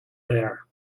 bare